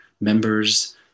members